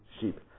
sheep